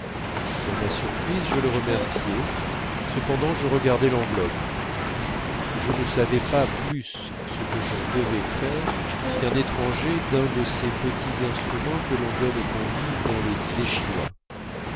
dans ma surprise je le remerciai cependant je regardais l'enveloppe je ne savais pas plus ce que j'en devais faire qu'un étranger d'un de ces petits instruments que l'on donne aux convives dans les dîners chinois